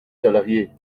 salariés